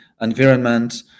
environment